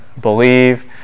believe